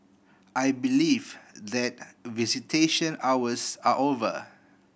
I believe that visitation hours are over